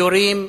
יורים,